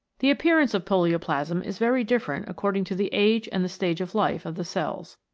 the appearance of polioplasm is very different according to the age and the stage of life of the cells.